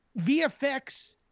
VFX